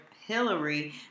Hillary